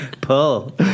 pull